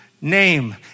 name